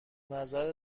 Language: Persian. نظر